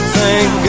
thank